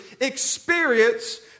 experience